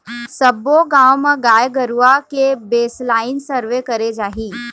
सब्बो गाँव म गाय गरुवा के बेसलाइन सर्वे करे जाही